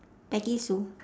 peggy sue